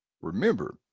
remember